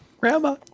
grandma